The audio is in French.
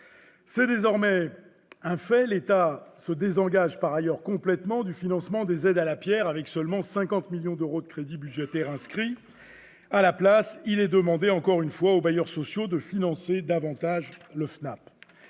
C'est désormais un fait : l'État se désengage complètement du financement des aides à la pierre, avec seulement 50 millions d'euros de crédits budgétaires inscrits. À la place, il est demandé aux bailleurs sociaux de financer davantage le Fonds